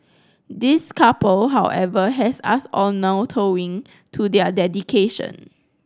this couple however has us all kowtowing to their dedication